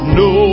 no